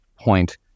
point